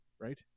right